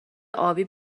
ابی